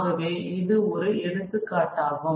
ஆகவே இது ஒரு எடுத்துக்காட்டு ஆகும்